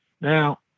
Now